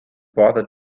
brother